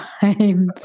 time